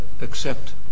accept